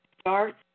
start